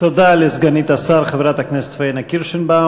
תודה לסגנית השר, חברת הכנסת פניה קירשנבאום.